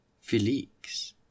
Felix